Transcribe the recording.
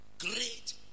great